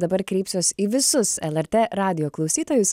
dabar kreipsiuos į visus lrt radijo klausytojus